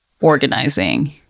organizing